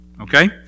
okay